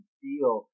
feel